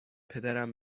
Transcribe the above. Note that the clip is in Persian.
پدرم